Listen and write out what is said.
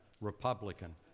Republican